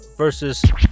Versus